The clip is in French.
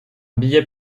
billet